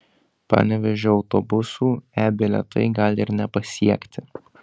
panevėžio autobusų e bilietai gali ir nepasiekti